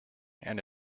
and